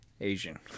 Asian